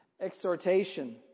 exhortation